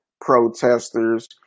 protesters